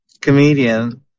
comedian